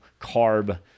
carb